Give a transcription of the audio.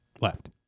Left